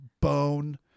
bone